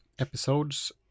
episodes